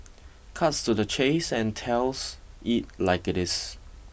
cuts to the chase and tells it like it is